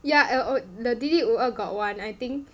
ya and oh the daily 五二 got one I think